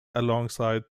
alongside